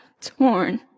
torn